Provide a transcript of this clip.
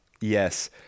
Yes